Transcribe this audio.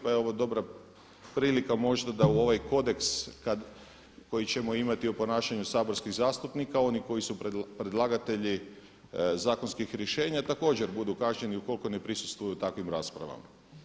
Pa evo ovo je dobra prilika možda da u ovaj kodeks koji ćemo imati o ponašanju saborskih zastupnika oni koji su predlagatelji zakonskih rješenja također budu kažnjeni ukoliko ne prisustvuju takvim raspravama.